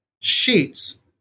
sheets